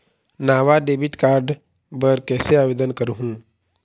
नावा debit card बर कैसे आवेदन करहूं?